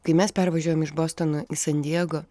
kai mes pervažiavom iš bostono į san diego